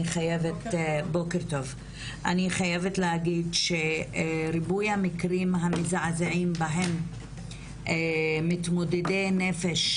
אני חייבת להגיד שריבוי המקרים המזעזעים בהם מתמודדי נפש